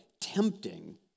tempting